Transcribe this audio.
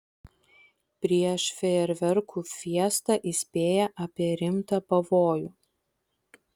prieš fejerverkų fiestą įspėja apie rimtą pavojų